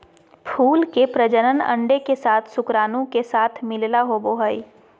फूल के प्रजनन अंडे के साथ शुक्राणु के साथ मिलला होबो हइ